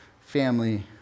family